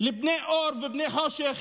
לבני אור ובני חושך,